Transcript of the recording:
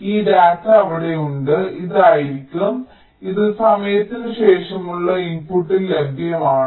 ഈ ഡാറ്റ അവിടെയുണ്ട് ഇതായിരിക്കും ഇത് സമയത്തിന് ശേഷമുള്ള ഇൻപുട്ടിൽ ലഭ്യമാണ്